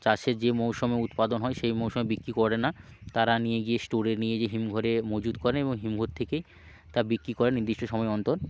চাষের যে মৌসমে উৎপাদন হয় সেই মৌসমে বিক্রি করে না তারা নিয়ে গিয়ে স্টোরে নিয়ে যেয়ে হিমঘরে মজুত করে এবং হিমঘর থেকে তা বিক্রি করে নির্দিষ্ট সময় অন্তর